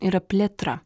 yra plėtra